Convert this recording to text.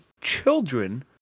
children